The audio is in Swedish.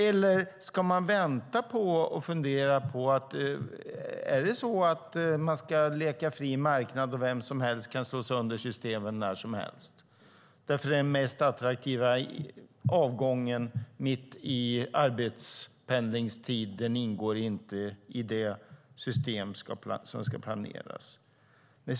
Eller ska man vänta och fundera på om man ska leka fri marknad där vem som helst kan slå sönder systemen när som helst därför att den mest attraktiva avgången mitt i arbetspendlingstiden inte ingår i det system som ska planeras?